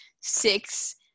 six